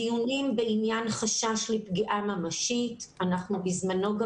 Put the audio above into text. הדיונים בעניין חשש לפגיעה ממשית, אנחנו בזמנו גם